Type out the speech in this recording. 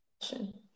question